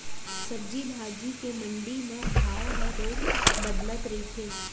सब्जी भाजी के मंडी म भाव ह रोज बदलत रहिथे